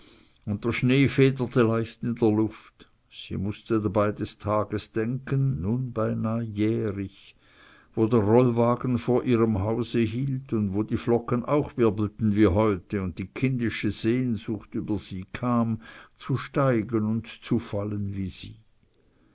und der schnee federte leicht in der luft sie mußte dabei des tages denken nun beinah jährig wo der rollwagen vor ihrem hause hielt und wo die flocken auch wirbelten wie heut und die kindische sehnsucht über sie kam zu steigen und zu fallen wie sie